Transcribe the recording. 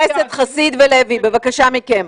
חברי הכנסת חסיד ולוי, בבקשה מכם.